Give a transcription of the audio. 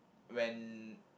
when